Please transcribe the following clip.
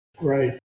right